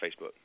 Facebook